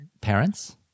parents